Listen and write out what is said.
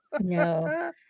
No